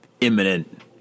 imminent